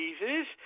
diseases